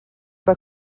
pas